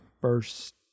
first